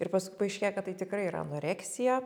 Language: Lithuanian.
ir paskui paaiškėja kad tai tikrai yra anoreksija